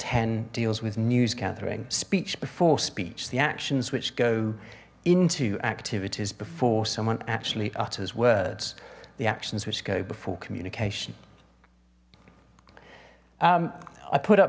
ten deals with news gathering speech before speech the actions which go into activities before someone actually utters words the actions which go before communication i put up